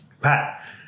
Pat